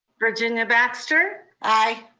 virginia baxter. aye.